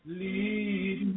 lead